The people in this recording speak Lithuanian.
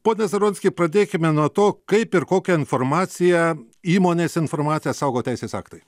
pone zaronski pradėkime nuo to kaip ir kokią informaciją įmonės informaciją saugo teisės aktai